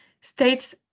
states